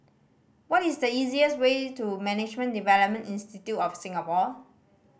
what is the easiest way to Management Development Institute of Singapore